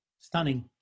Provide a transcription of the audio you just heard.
Stunning